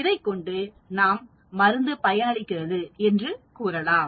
இதைக்கொண்டு நாம் மருந்து பயனளிக்கிறது என்று கூறலாம்